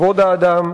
בכבוד האדם,